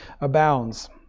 abounds